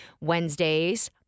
Wednesdays